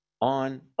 on